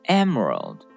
emerald